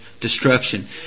destruction